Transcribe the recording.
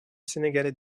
sénégalais